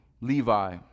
Levi